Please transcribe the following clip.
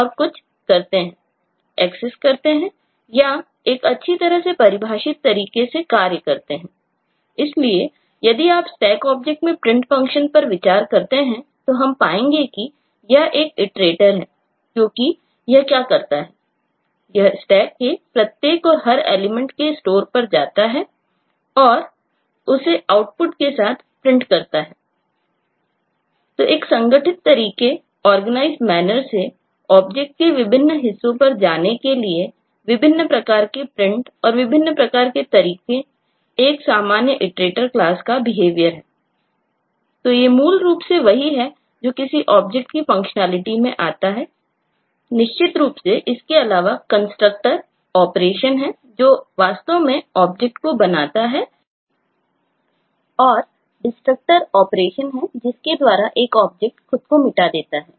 तो एक संगठित तरीकेआर्गनाइज्ड मेनर खुद को मिटा देता है